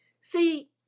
See